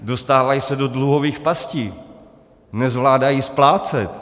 Dostávají se do dluhových pastí, nezvládají splácet.